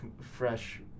fresh